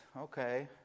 okay